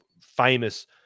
famous